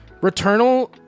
Returnal